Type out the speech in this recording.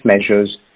measures